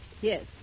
Yes